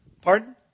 Pardon